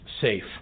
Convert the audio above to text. safe